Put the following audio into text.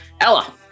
Ella